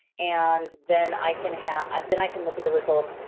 and then, i can have, um then i can look at the results.